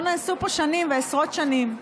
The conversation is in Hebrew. לא נעשו פה שנים ועשרות שנים.